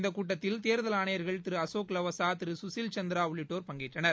இந்தகூட்டத்தில் தேர்தல் ஆணையர்கள் திருஅசோக் லவாசா திருகுஷில் சந்திராஉள்ளிட்டோர் பங்கேற்றனர்